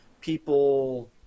people